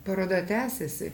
paroda tęsiasi